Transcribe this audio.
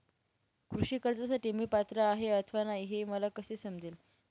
कृषी कर्जासाठी मी पात्र आहे अथवा नाही, हे मला कसे समजेल?